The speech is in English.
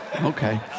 okay